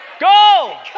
Go